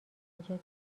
نجات